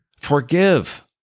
Forgive